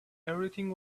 everything